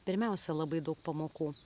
pirmiausia labai daug pamokų